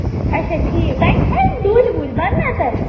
اچھا ٹھیٖک تَتہِ چھا یِم ڈُلۍ وُلۍ بَننا تَتہِ